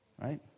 right